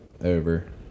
Over